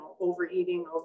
overeating